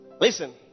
Listen